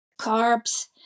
carbs